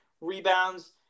rebounds